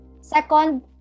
Second